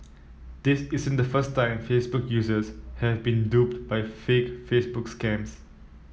this isn't the first time Facebook users have been duped by fake Facebook scams